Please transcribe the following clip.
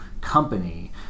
company